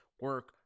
Work